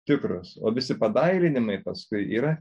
tikros o visi padailinimai paskui yra